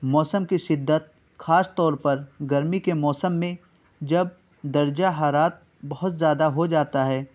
موسم کی شدت خاص طور پر گرمی کے موسم میں جب درجہ حارارت بہت زیادہ ہو جاتا ہے